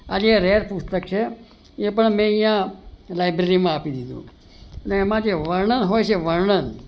બાકી આ રેર પુસ્તક છે એ પણ અહીંયા મેં લાયબ્રેરીમાં આપી દીધું અને એમાં જે વર્ણન હોય છે